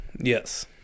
Yes